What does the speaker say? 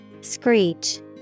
Screech